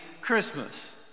Christmas